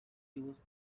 used